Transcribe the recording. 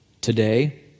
today